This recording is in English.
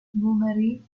montgomery